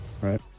right